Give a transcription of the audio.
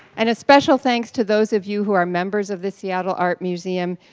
and a special thanks to those of you who are members of the seattle art museum.